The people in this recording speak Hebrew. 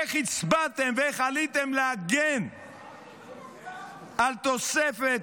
איך הצבעתם ואיך עליתם להגן על תוספת